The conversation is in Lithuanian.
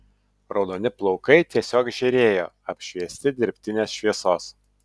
raudoni plaukai tiesiog žėrėjo apšviesti dirbtinės šviesos